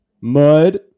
Mud